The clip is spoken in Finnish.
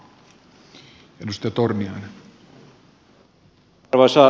arvoisa puhemies